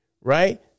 right